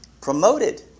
promoted